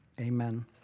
amen